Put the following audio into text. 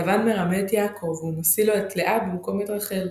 לבן מרמה את יעקב ומשיא לו את לאה במקום את רחל,